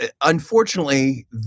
unfortunately